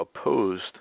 opposed